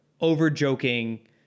over-joking